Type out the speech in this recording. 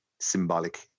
symbolic